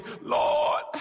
Lord